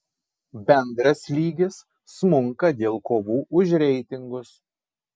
bendras lygis smunka dėl kovų už reitingus